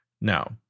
Now